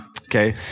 Okay